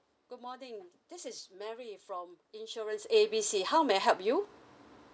good morning this is mary from insurance A B C how may I help you